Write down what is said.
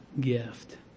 gift